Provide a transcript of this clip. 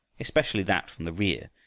especially that from the rear,